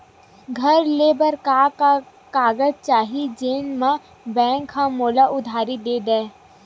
घर ले बर का का कागज चाही जेम मा बैंक हा मोला उधारी दे दय?